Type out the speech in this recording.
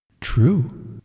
True